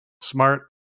smart